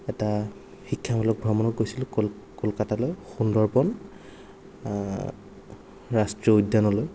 এটা শিক্ষামূলক ভ্ৰমণত গৈছিলোঁ কল কলকাতালৈ সুন্দৰবন ৰাষ্ট্ৰীয় উদ্যানলৈ